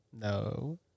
No